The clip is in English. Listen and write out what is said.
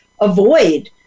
avoid